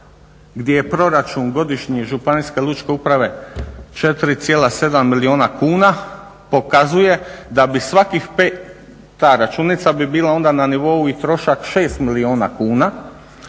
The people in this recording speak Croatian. gdje je proračun godišnji županijske lučke uprave 4,7 milijuna kuna pokazuje da bi svakih 5, ta računica bi bila onda na nivou i trošak 6 milijuna kuna.